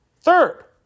third